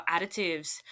additives